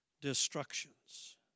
destructions